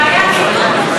אז זה היה ציטוט מדויק.